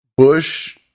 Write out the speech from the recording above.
Bush